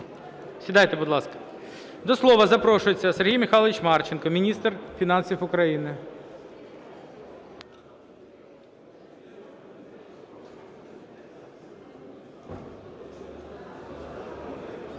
До слова запрошується Сергій Михайлович Марченко, міністр фінансів України.